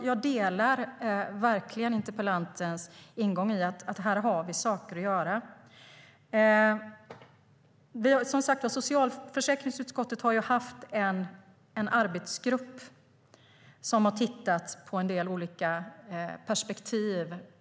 Jag delar verkligen interpellantens ingång om att det här finns saker och ting att göra. Socialförsäkringsutskottet har haft en arbetsgrupp som har tittat på en del olika perspektiv.